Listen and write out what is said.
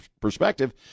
perspective